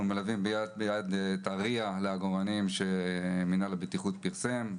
אנחנו מלווים יד ביד את ה-RIA לעגורנים שמינהל הבטיחות פרסם.